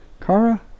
Kara